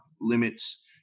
limits